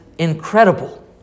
Incredible